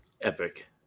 Epic